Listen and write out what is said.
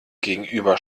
gegenüber